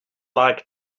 like